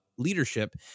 leadership